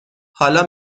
حالا